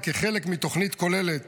וכחלק מתוכנית כוללת